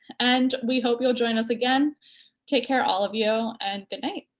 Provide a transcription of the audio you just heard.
and we hope you'll join us again take care all of you and good night.